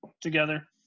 together